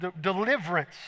deliverance